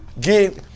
Get